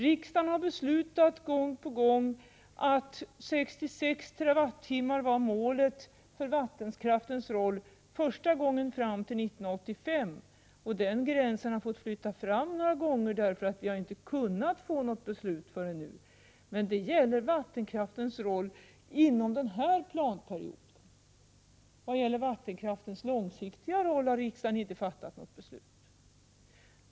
Riksdagen har beslutat gång på gång att 66 TWh var målet för vattenkraftens roll, första gången fram till 1985, och den gränsen har fått flyttas fram .sgra gånger därför att vi inte kunnat få något beslut förrän nu. Men det gäller vattenkraftens roll inom den här planperioden. Vad beträffar vattenkraftens långsiktiga roll har riksdagen inte fattat något beslut.